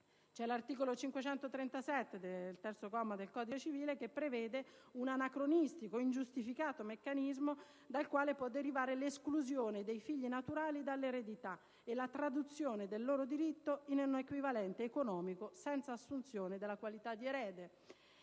L'articolo 537, terzo comma, del codice civile prevede un anacronistico e ingiustificato meccanismo dal quale può derivare l'esclusione dei figli naturali dall'eredità e la traduzione del loro diritto in un equivalente economico senza assunzione della qualità di erede.